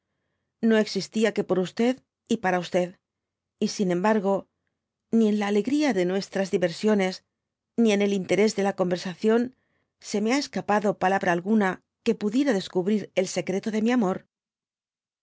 no existía que por y para y sin embargo ni en la alegría de nuestras diversiones ni en el interés de la conversación se me ha escapado palabra alguna que pudiera descubrir el secreto de mi amor